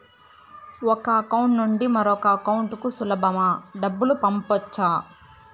ఒక అకౌంట్ నుండి మరొక అకౌంట్ కు సులభమా డబ్బులు పంపొచ్చా